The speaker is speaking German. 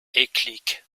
eklig